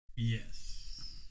Yes